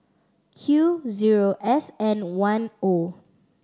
Q zero S N one O